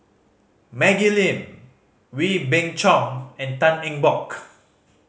Maggie Lim Wee Beng Chong and Tan Eng Bock